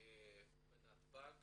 בנתב"ג